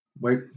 Wait